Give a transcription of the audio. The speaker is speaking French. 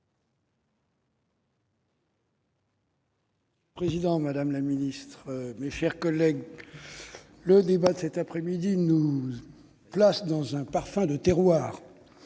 Monsieur le président, madame la ministre, mes chers collègues, le débat de cet après-midi a un parfum de terroir.